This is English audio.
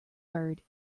bird